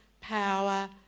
power